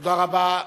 תודה רבה.